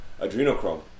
Adrenochrome